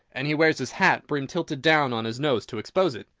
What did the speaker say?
and he wears his hat-brim tilted down on his nose to expose it.